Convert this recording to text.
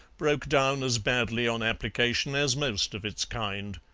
broke down as badly on application as most of its kind.